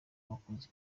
wakoze